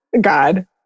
God